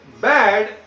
bad